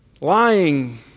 lying